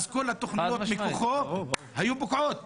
אז כל התוכניות בתוכו היו פוקעות.